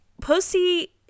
Pussy